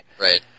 Right